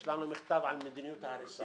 יש לנו מכתב על מדיניות ההריסה.